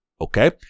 okay